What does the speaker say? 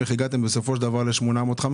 איך הגעתם בסופו של דבר ל-850?